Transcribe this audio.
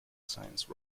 science